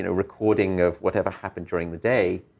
and recording of whatever happened during the day,